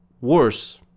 worse